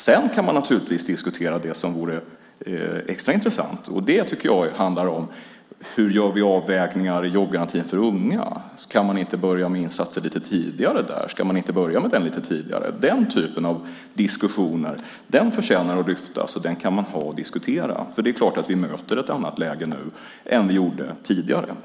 Sedan kan man naturligtvis diskutera det som vore extra intressant, och det handlar om: Hur gör vi avvägningar i jobbgarantin för unga? Kan man inte börja med insatser lite tidigare där? Ska man inte börja med den lite tidigare? Den typen av diskussioner förtjänar att lyftas fram. Det kan man diskutera. För det är klart att vi möter ett annat läge nu än vi gjorde tidigare.